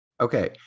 Okay